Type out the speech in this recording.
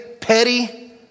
petty